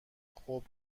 خوب